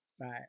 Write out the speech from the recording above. Right